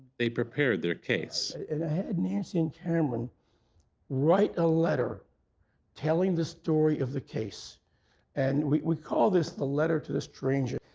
they prepared their case. i had nancy and cameron write a letter telling the story of the case and we call this the letter to a stranger,